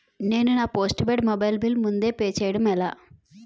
నేను నా postpaid mobile bill ముందే పే చేయడం ఎలా?